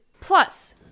Plus